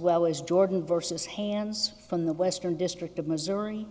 well as jordan versus hans from the western district of missouri